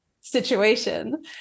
situation